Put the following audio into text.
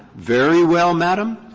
very well, madam.